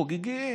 חוגגים,